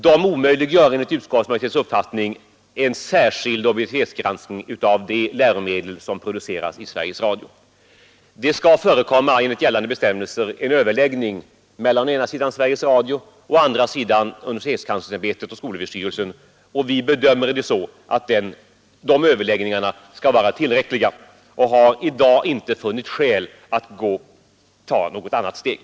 De omöjliggör enligt utskottsmajoritetens uppfattning en särskild objektivitetsgranskning av de läromedel som produceras i Sveriges Radio. Det skall enligt gällande bestämmelser förekomma en överläggning mellan å ena sidan Sveriges Radio och å andra sidan universitetskanslersämbetet och skolöverstyrelsen, och vi bedömer det så, att de överläggningarna skall vara tillräckliga, och har i dag inte funnit skäl att ta något annat steg.